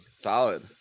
solid